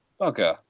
okay